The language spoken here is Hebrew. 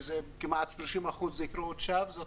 שמתוכן כמעט 30% זה קריאות שווא זאת